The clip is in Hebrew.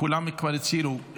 כולם כבר הצהירו.